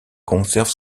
conserve